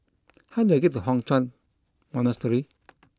how do I get to Hock Chuan Monastery